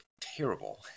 terrible